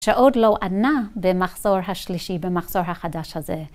שעוד לא ענה במחזור השלישי, במחזור החדש הזה.